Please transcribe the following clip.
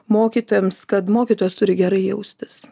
mokytojams kad mokytojas turi gerai jaustis